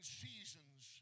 seasons